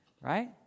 right